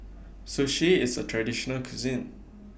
Sushi IS A Traditional Cuisine